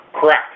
Correct